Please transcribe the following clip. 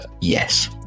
Yes